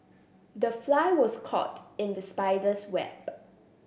the fly was caught in the spider's web